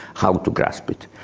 how to grasp it.